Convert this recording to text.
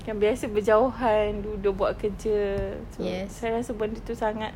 kan biasa berjauhan dua-dua buat kerja so saya rasa benda itu sangat